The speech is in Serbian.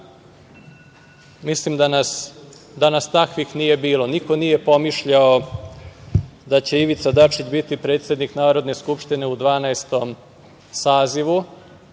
Mislim da nas takvih nije bilo. Niko nije pomišljao da će Ivica Dačić biti predsednik Narodne skupštine u Dvanaestom